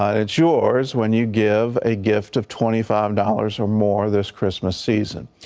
and it's yours when you give a gift of twenty five dollars or more this christmas season.